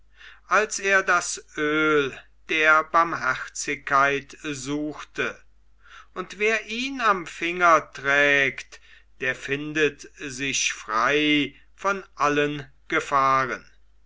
als er das öl der barmherzigkeit suchte und wer ihn am finger trägt der findet sich frei von allen gefahren